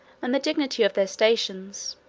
and the dignity of their stations